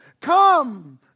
Come